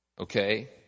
Okay